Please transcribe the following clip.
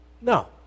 No